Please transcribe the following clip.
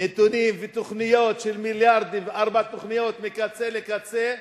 נתונים ותוכניות של מיליארדים וארבע תוכניות מקצה לקצה,